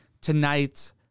tonight